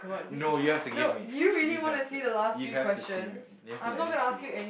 no you have to give me you have to you have to see me you have to let me see it